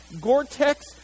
Gore-Tex